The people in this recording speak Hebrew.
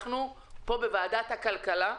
אנחנו פה בוועדת הכלכלה,